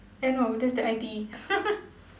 eh no that's the I_T_E